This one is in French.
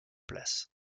place